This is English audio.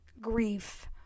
Grief